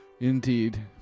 Indeed